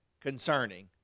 concerning